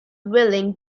willing